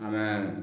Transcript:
ଆମେ